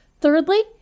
Thirdly